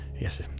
yes